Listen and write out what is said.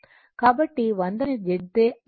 కాబట్టి 100 ని z తో భాగిస్తే ఇది 7